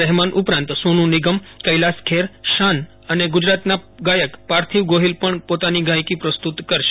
રહેમાન ઉપરાંત સોનુ નિગમ કૈલાસ ખેર શાન અને ગુજરાતના ગાયક પાર્થિવ ગોફિલ પણ પોતાની ગાયકી પ્રસ્ત્રત કરશે